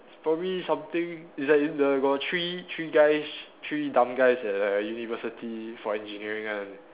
probably something it's like in the got three three guys three dumb guys that like in university for engineering one